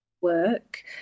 work